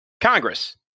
Congress